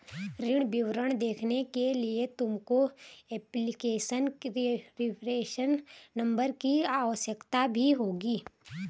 ऋण विवरण देखने के लिए तुमको एप्लीकेशन रेफरेंस नंबर की आवश्यकता भी होगी